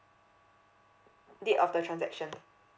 date of the transaction